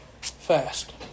fast